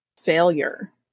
failure